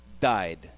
died